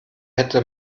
hätte